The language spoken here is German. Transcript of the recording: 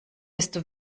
desto